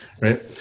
right